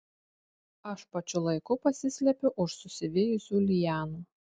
aš pačiu laiku pasislepiu už susivijusių lianų